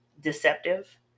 deceptive